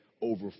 over